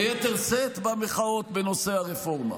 ביתר שאת במחאות בנושא הרפורמה.